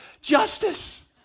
justice